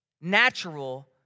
natural